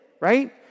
right